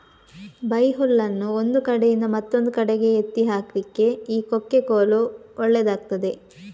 ಬೈಹುಲ್ಲನ್ನು ಒಂದು ಕಡೆಯಿಂದ ಮತ್ತೊಂದು ಕಡೆಗೆ ಎತ್ತಿ ಹಾಕ್ಲಿಕ್ಕೆ ಈ ಕೊಕ್ಕೆ ಕೋಲು ಒಳ್ಳೇದಾಗ್ತದೆ